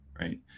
right